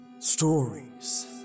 Stories